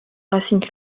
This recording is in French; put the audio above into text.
racing